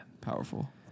Powerful